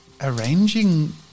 arranging